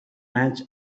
match